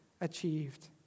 achieved